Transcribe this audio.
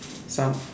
some